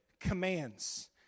commands